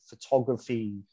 photography